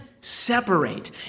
separate